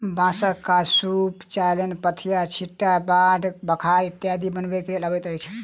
बाँसक काज सूप, चालैन, पथिया, छिट्टा, ढाक, बखार इत्यादि बनबय मे अबैत अछि